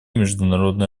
международные